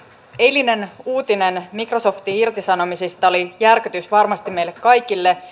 eilinen uutinen microsoftin irtisanomisista oli järkytys varmasti meille kaikille